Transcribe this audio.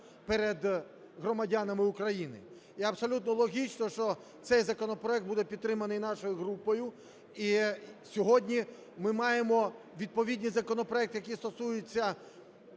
перед громадянами України. І абсолютно логічно, що цей законопроект буде підтриманий нашою групою. І сьогодні ми маємо відповідні законопроекти, які стосуються